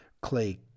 clay